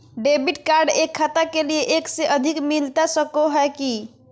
Debit card एक खाता के लिए एक से अधिक मिलता सको है की?